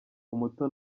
umuto